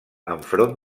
enfront